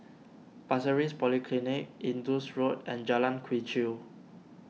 Pasir Ris Polyclinic Indus Road and Jalan Quee Chew